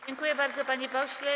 Dziękuję bardzo, panie pośle.